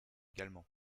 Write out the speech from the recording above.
également